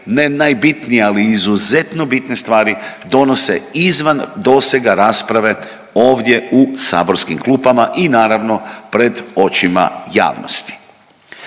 ne najbitnije, ali izuzetno bitne stvari donose izvan dosega rasprave ovdje u saborskim klupama i naravno pred očima javnosti.